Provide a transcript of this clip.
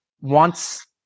wants